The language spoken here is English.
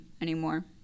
anymore